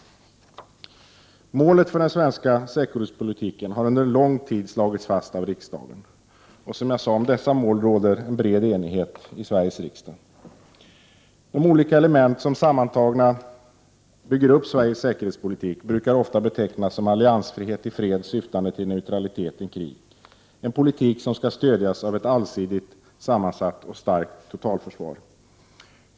Målet för den svenska säkerhetspolitiken har under lång tid slagits fast av riksdagen. Som jag sade, om dessa mål råder bred enighet i Sveriges riksdag. De olika element som sammantagna bygger upp Sveriges säkerhetspolitik brukar ofta betecknas som alliansfrihet i fred syftande till neutralitet i krig — en politik som skall stödjas av ett allsidigt sammansatt och starkt totalförsvar.